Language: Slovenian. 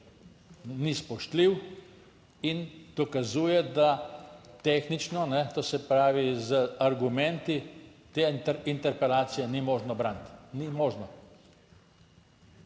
ni spoštljiv in dokazuje, da tehnično, to se pravi z argumenti, te interpelacije ni možno braniti, ni možno.